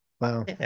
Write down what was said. Wow